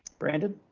brandon.